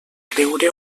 creure